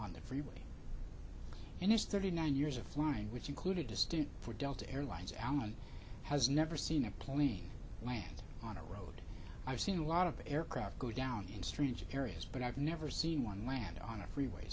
on the freeway and is thirty nine years of flying which included a student for delta airlines alan has never seen a plane on a road i've seen a lot of aircraft go down in strange areas but i've never seen one land on a freeway